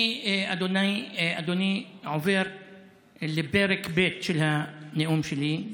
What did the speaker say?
אני, אדוני, עובר לפרק ב' של הנאום שלי.